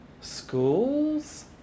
schools